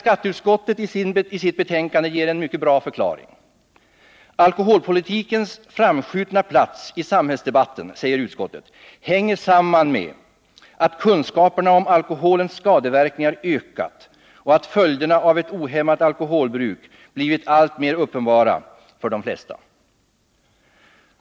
Skatteutskottet ger i sitt betänkande en mycket bra förklaring. Alkoholpolitikens framskjutna plats i samhällsdebatten, säger utskottet, hänger samman ”med att kunskaperna om alkoholens skadeverkningar ökat och att följderna av ett ohämmat alkoholbruk blivit alltmer uppenbara för de flesta”.